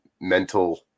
mental